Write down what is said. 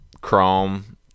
Chrome